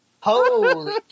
Holy